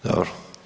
Dobro.